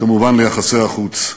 וכמובן ליחסי החוץ.